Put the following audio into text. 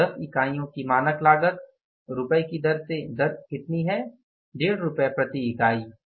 410 इकाइयाँ की मानक लागत रुपये की दर से दर कितनी है 15 प्रति इकाई